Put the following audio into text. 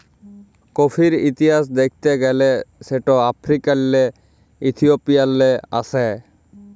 কফির ইতিহাস দ্যাখতে গ্যালে সেট আফ্রিকাল্লে ইথিওপিয়াল্লে আস্যে